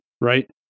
right